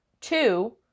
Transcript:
two